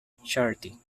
charity